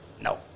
no